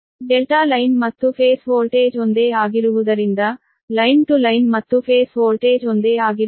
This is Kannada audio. ಡೆಲ್ಟಾ ಲೈನ್ ಮತ್ತು ಫೇಸ್ ವೋಲ್ಟೇಜ್ ಒಂದೇ ಆಗಿರುವುದರಿಂದ ಲೈನ್ ಟು ಲೈನ್ ಮತ್ತು ಫೇಸ್ ವೋಲ್ಟೇಜ್ ಒಂದೇ ಆಗಿರುತ್ತವೆ